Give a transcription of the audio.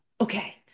Okay